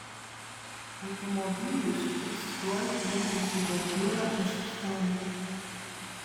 automobilis tučtuoj trenkėsi į bordiūrą ir sustojo